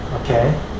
okay